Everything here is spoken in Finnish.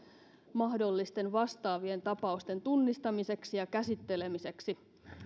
mahdollisten vastaavien tapausten tunnistamiseksi ja käsittelemiseksi